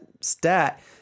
stat